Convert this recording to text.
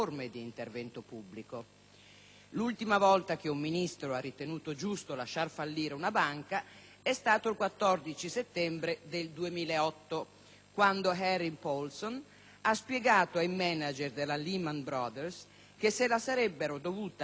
L'ultima volta che un Ministro ha ritenuto giusto lasciar fallire una banca è stato il 14 settembre 2008, quando Henry Paulson ha spiegato ai manager della Lehman Brothers che se la sarebbero dovuta cavare da soli.